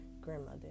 grandmother